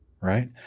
right